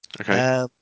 Okay